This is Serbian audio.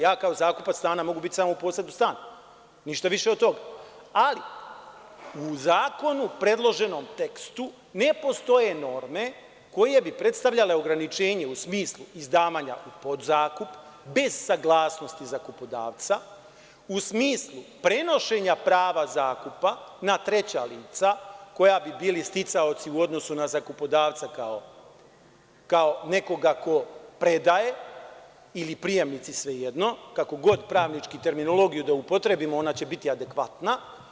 Ja kao zakupac stana mogu biti samo u posedu stana, ništa više od toga, ali u zakonu predloženom tekstu ne postoje norme koje bi predstavljale ograničenje u smislu izdavanja u podzakup bez saglasnosti zakupodavca u smislu prenošenja prava zakupa na treća lica koja bi bili sticaoci u odnosu na zakupodavca kao nekoga ko predaje ili prijemnici, svejedno, kako god pravnički terminologiju da upotrebimo, ona će biti adekvatna.